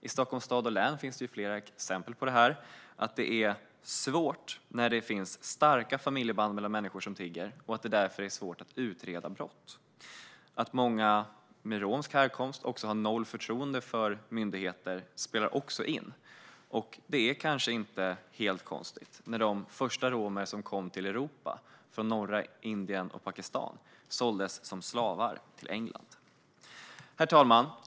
I Stockholms stad och län finns flera exempel på att det finns starka familjeband mellan människor som tigger och att det därför är svårt att utreda brott. Att många med romsk härkomst har noll förtroende för myndigheter spelar också in, och det är kanske inte helt konstigt då de första romer som kom till Europa från norra Indien och Pakistan såldes som slavar till England. Herr talman!